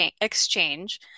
exchange